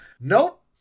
Nope